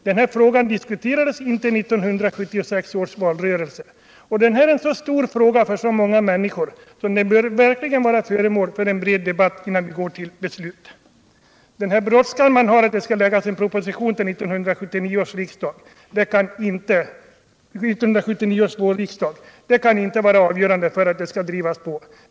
Den här frågan diskuterades inte i 1976 års valrörelse, men det är för många människor en så stor fråga att den verkligen bör bli föremål för en bred debatt innan man går till beslut. Den önskan man tycks ha att en proposition skulle läggas fram till 1979 års vårriksdag får inte vara avgörande för att frågan skall drivas på med alltför stor brådska.